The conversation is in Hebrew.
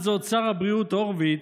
לעומת זאת שר הבריאות הורוביץ,